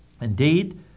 Indeed